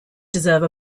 deserve